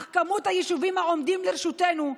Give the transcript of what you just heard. אך מספר היישובים שעומדים לרשותנו,